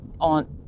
on